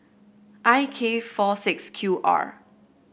I K four six Q R